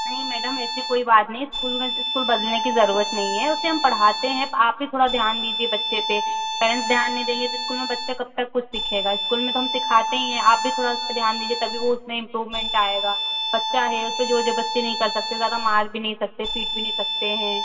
नहीं मेडम ऐसी कोई बात नहीं हैं इस्कूल में इस्कूल बदलने की ज़रूरत नहीं है उसे हम पढ़ाते हैं आप भी थोड़ा ध्यान दीजिए बच्चे पे पैरेंट्स ध्यान नहीं देंगे तो इस्कूल में बच्चा कब तक कुछ सीखेगा इस्कूल में तो हम सिखाते ही हैं आप भी थोड़ा उसपे ध्यान दीजिए तभी वो उसमें इम्प्रूवमेंट आएगा बच्चा है उस पर जोर जबरदस्ती नहीं कर सकते ज़्यादा मार भी नहीं सकते पीट भी नहीं सकते हैं